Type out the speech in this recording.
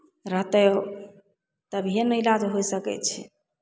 रहतै ओ तभिए ने इलाज होय सकै छै